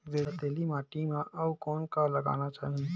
रेतीली माटी म अउ कौन का लगाना चाही?